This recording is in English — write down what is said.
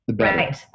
Right